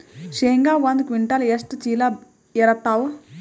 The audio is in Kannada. ಶೇಂಗಾ ಒಂದ ಕ್ವಿಂಟಾಲ್ ಎಷ್ಟ ಚೀಲ ಎರತ್ತಾವಾ?